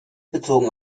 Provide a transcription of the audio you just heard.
bezogen